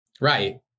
right